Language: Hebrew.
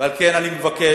ועל כן אני מבקש